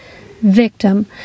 victim